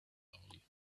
early